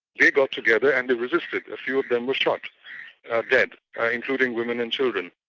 they got together and resisted. a few of them were shot dead, including women and children,